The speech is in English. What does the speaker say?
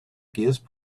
gaze